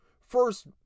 first